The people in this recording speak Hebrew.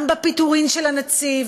גם בפיטורים של הנציב,